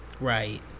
Right